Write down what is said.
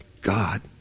God